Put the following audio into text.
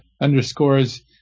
underscores